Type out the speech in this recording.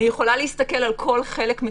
מה שכן,